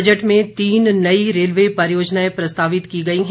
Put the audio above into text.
budget में तीन नई रेलवे परियोजनाएं प्रस्तावित की गई हैं